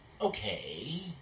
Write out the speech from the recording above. Okay